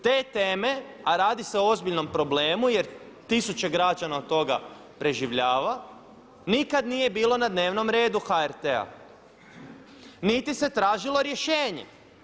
Te teme, a radi se o ozbiljnom problemu jer tisuće građana od toga preživljava nikada nije bilo na dnevnom redu HRT-a niti se tražilo rješenje.